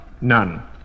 None